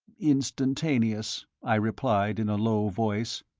instantaneous, i replied, in a low voice.